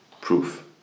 proof